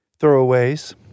throwaways